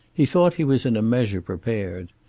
he thought he was in a measure prepared.